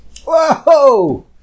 Whoa